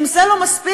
ואם זה לא מספיק,